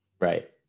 Right